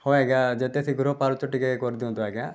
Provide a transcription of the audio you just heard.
ହେଉ ଆଜ୍ଞା ଯେତେ ଶୀଘ୍ର ପାରୁଛ ଟିକିଏ କରିଦିଅନ୍ତୁ ଆଜ୍ଞା